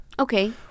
okay